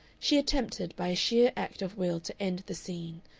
she attempted by a sheer act of will to end the scene,